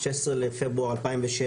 אם הוא יהודי,